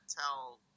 tell